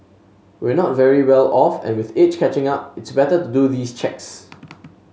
we're not very well off and with age catching up it's better to do these checks